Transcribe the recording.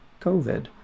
COVID